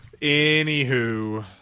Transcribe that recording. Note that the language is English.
Anywho